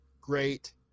great